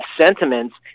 sentiments